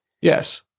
Yes